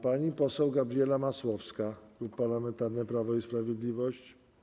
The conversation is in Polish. Pani poseł Gabriela Masłowska, Klub Parlamentarny Prawo i Sprawiedliwość.